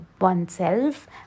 oneself